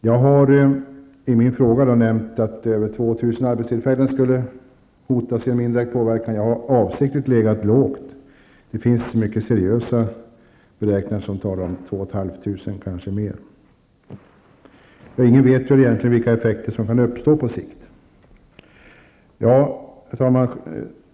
Jag har i min fråga nämnt att över 2 000 arbetstillfällen skulle hotas eller indirekt påverkas. Jag har avsiktligt legat lågt. Det finns mycket seriösa beräkningar, där man talar om 2 500 arbetstillfällen och kanske fler. Ingen vet ju vilka effekter som kan uppstå på sikt. Herr talman!